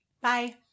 Bye